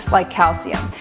like calcium.